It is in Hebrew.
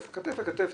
כתף אל כתף,